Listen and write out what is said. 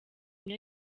uyu